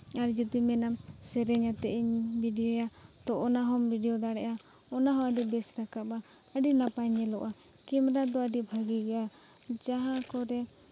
ᱟᱨ ᱡᱚᱫᱤᱢ ᱢᱮᱱᱟᱢ ᱥᱮᱨᱮᱧ ᱟᱛᱮ ᱤᱧ ᱵᱷᱤᱰᱤᱭᱳᱭᱟ ᱛᱚ ᱚᱱᱟ ᱦᱚᱸᱢ ᱵᱷᱤᱰᱤᱭᱳ ᱫᱟᱲᱮᱭᱟᱜᱼᱟ ᱚᱱᱟ ᱦᱚᱸ ᱟᱹᱰᱤ ᱵᱮᱥ ᱨᱟᱠᱟᱵᱟ ᱟᱹᱰᱤ ᱱᱟᱯᱟᱭ ᱧᱮᱞᱚᱜᱼᱟ ᱠᱮᱢᱮᱨᱟ ᱫᱚ ᱟᱹᱰᱤ ᱵᱷᱟᱹᱜᱤ ᱜᱮᱭᱟ ᱡᱟᱦᱟᱸ ᱠᱚᱨᱮ